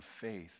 faith